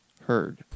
heard